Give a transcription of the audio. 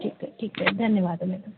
ठीक है ठीक है धन्यवाद मैडम